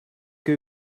que